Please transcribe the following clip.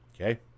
Okay